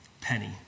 penny